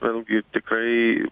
vėlgi tikrai